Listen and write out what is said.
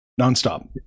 nonstop